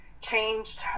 changed